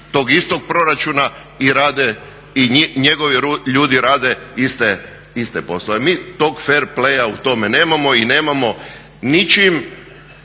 tog istog proračuna i rade, i njegovi ljudi rade iste poslove. Mi tog fair play u tome nemamo i nemamo ničim